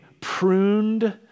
pruned